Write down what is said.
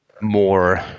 more